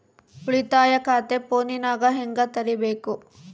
ಉಳಿತಾಯ ಖಾತೆ ಫೋನಿನಾಗ ಹೆಂಗ ತೆರಿಬೇಕು?